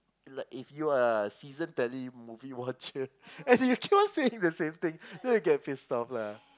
like you are a season tele movie watcher and you keep on saying the same thing then you get pissed off lah